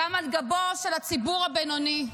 גם על גבו של הציבור הבינוני,